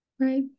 Right